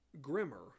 grimmer